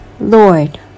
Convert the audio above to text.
Lord